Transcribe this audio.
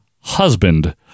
husband